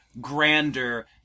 Grander